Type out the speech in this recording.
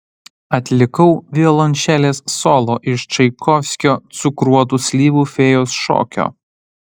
atlikau violončelės solo iš čaikovskio cukruotų slyvų fėjos šokio